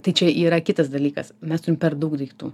tai čia yra kitas dalykas mes turim per daug daiktų